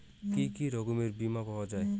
কি কি রকমের বিমা পাওয়া য়ায়?